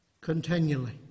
continually